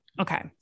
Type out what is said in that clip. Okay